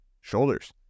shoulders